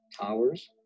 Towers